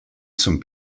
zum